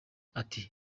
ati